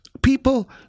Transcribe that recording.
People